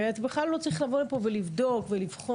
ואתה בכלל לא צריך לבוא לפה ולבדוק ולבחון.